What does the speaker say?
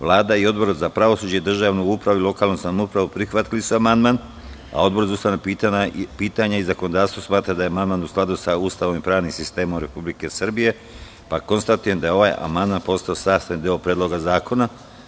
Vlada i Odbor za pravosuđe, državnu upravu i lokalnu samoupravu prihvatili su amandman, a Odbor za ustavna pitanja i zakonodavstvo smatra da je amandman u skladu sa Ustavom i pravnim sistemom Republike Srbije, pa konstatujem da je ovaj amandman postao sastavni deo Predloga zakona.